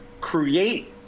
Create